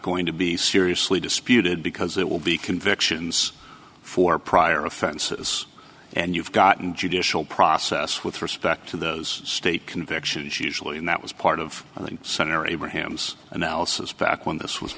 going to be seriously disputed because it will be convictions for prior offenses and you've gotten judicial process with respect to those state convictions usually and that was part of the center abraham's analysis back when this was